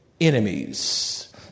enemies